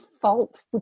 fault